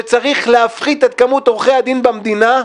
שצריך להפחית את כמות עורכי הדין במדינה,